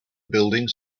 buildings